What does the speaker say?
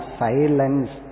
silence